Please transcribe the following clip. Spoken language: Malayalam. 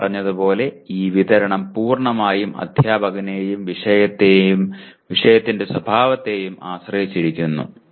നമ്മൾ പറഞ്ഞതുപോലെ ഈ വിതരണം പൂർണമായും അധ്യാപകനെയും വിഷയത്തിന്റെ സ്വഭാവത്തെയും ആശ്രയിച്ചിരിക്കുന്നു